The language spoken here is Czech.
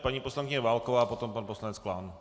Paní poslankyně Válková a potom pan poslanec Klán.